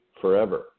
forever